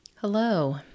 Hello